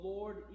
Lord